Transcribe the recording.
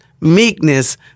meekness